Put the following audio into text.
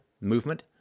movement